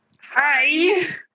Hi